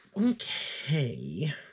Okay